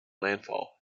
landfall